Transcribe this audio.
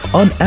on